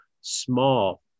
small